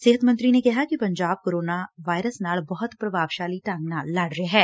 ਸਿਹਤ ਮੰਤਰੀ ਨੇ ਕਿਹਾ ਕਿ ਪੰਜਾਬ ਕੋਰੋਨਾ ਵਾਇਰਸ ਨਾਲ ਬਹੁਤ ਪ੍ਰਭਾਵਸ਼ਾਲੀ ਢੰਗ ਨਾਲ ਲੜ ਰਿਹੈ